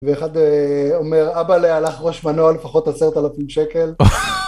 ואחד אומר, אבאל'ה הלך ראש מנוע לפחות עשרת אלפים שקל.